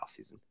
offseason